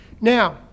Now